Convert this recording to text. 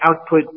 output